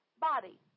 body